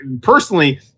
personally